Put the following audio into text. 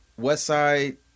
Westside